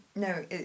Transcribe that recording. No